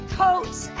coats